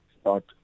start